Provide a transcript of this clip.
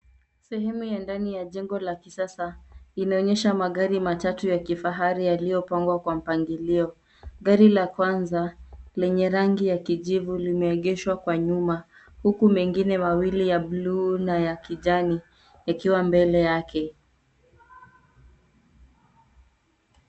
Sehemu ya ndani ya jengo la kisasa inaonyesha magari matatu ya kifahari yaliyopangwa kwa mpangilio. Gari la kwanza lenye rangi ya kijivu limeegeshwa kwa nyuma huku mengine mawili ya bluu na ya kijani yakiwa mbele yake.